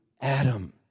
Adam